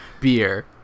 beer